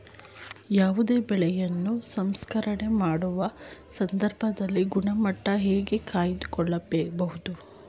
ಯಾವುದೇ ಬೆಳೆಯನ್ನು ಸಂಸ್ಕರಣೆ ಮಾಡುವ ಸಂದರ್ಭದಲ್ಲಿ ಗುಣಮಟ್ಟ ಹೇಗೆ ಕಾಯ್ದು ಕೊಳ್ಳಬಹುದು?